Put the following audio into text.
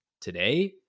today